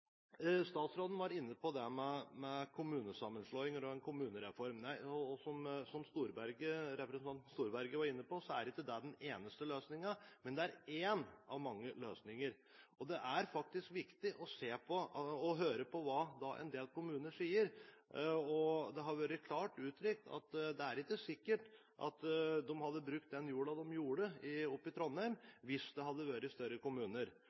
Statsråden var inne på kommunesammenslåing og kommunereform. Som representanten Storberget var inne på, er ikke det den eneste løsningen – det er én av mange løsninger. Det er faktisk viktig å høre på hva en del kommuner sier. Det har vært klart uttrykt at det ikke er sikkert at de hadde brukt den jorda de gjorde oppe i Trondheim, hvis det hadde vært større kommuner.